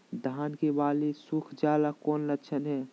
धान की बाली सुख जाना कौन लक्षण हैं?